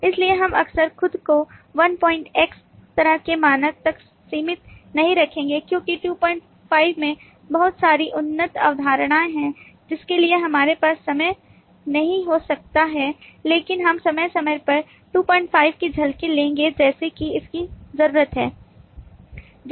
इसलिए हम अक्सर खुद को 1X तरह के मानक तक सीमित नहीं रखेंगे क्योंकि 25 में बहुत सारी उन्नत अवधारणाएं हैं जिनके लिए हमारे पास समय नहीं हो सकता है लेकिन हम समय समय पर 25 की झलकें लेंगे जैसे कि इसकी जरूरत है